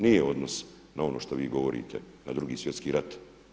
Nije odnos na ono što vi govorite na 2. svjetski rat.